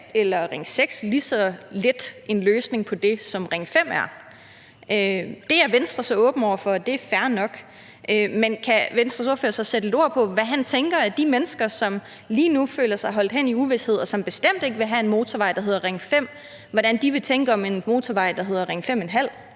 eller Ring 6 lige så lidt en løsning på det, som Ring 5 er. Det er Venstre så åbne over for, og det er fair nok. Men kan Venstres ordfører så sætte lidt ord på, hvad han tænker at de mennesker, som lige nu føler sig holdt hen i uvished, og som bestemt ikke ville have en motorvej, der hedder Ring 5, skal tænke om en motorvej, som hedder Ring 5½ eller